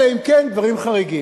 אלא אם כן מדובר בדברים חריגים.